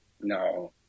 no